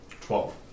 Twelve